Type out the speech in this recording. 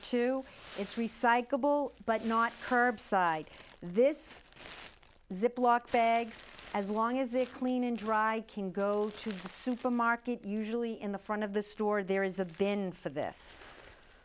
two it's recyclable but not curbside this ziploc bags as long as they're clean and dry can go to the supermarket usually in the front of the store there is a van for this